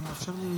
בבקשה.